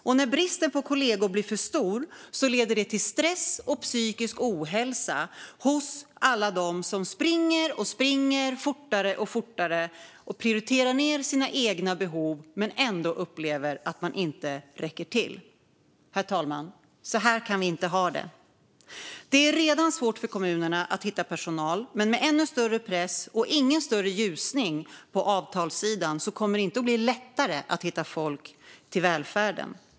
Och när bristen på kollegor blir för stor leder det till stress och psykisk ohälsa hos alla dem som springer, springer och springer fortare och fortare och prioriterar ned sina egna behov men ändå upplever att de inte räcker till. Herr talman! Så här kan vi inte ha det. Det är redan svårt för kommunerna att hitta personal, men med ännu större press och ingen större ljusning på avtalssidan kommer det inte att bli lättare att hitta folk till välfärden.